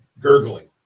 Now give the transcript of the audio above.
gurgling